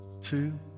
two